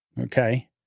Okay